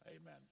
Amen